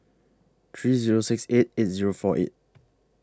three Zero six eight eight Zero four eight